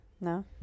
No